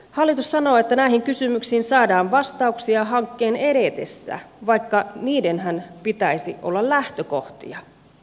hallitus sanoo että näihin kysymyksiin saadaan vastauksia hankkeen edetessä vaikka niidenhän pitäisi olla lähtökohtia